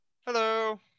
Hello